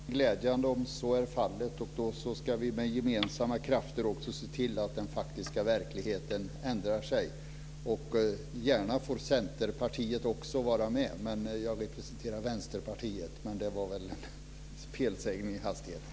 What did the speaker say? Fru talman! Det är glädjande om så är fallet. Då ska vi med gemensamma krafter också se till att den faktiska verkligheten ändrar sig. Centerpartiet får gärna också vara med, men jag representerar Vänsterpartiet. Det var väl en felsägning i hastigheten.